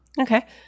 Okay